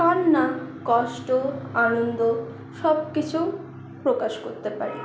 কান্না কষ্ট আনন্দ সবকিছু প্রকাশ করতে পারি